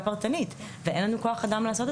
פרטנית ואין לנו כוח אדם לעשות את זה.